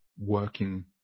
working